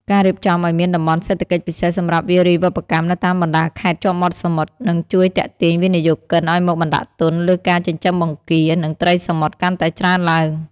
ការរៀបចំឱ្យមានតំបន់សេដ្ឋកិច្ចពិសេសសម្រាប់វារីវប្បកម្មនៅតាមបណ្ដាខេត្តជាប់មាត់សមុទ្រ នឹងជួយទាក់ទាញវិនិយោគិនឱ្យមកបណ្ដាក់ទុនលើការចិញ្ចឹមបង្គា និងត្រីសមុទ្រកាន់តែច្រើនឡើង។